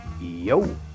yo